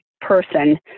person